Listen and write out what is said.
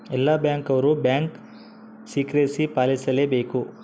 ಎಲ್ಲ ಬ್ಯಾಂಕ್ ಅವ್ರು bank secrecy ಪಾಲಿಸಲೇ ಬೇಕ